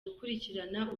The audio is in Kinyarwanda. gukurikirana